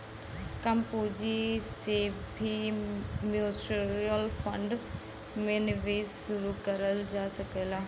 कम पूंजी से भी म्यूच्यूअल फण्ड में निवेश शुरू करल जा सकला